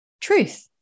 truth